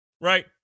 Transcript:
right